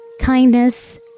kindness